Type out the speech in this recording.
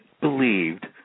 believed